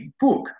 book